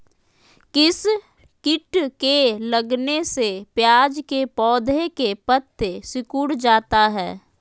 किस किट के लगने से प्याज के पौधे के पत्ते सिकुड़ जाता है?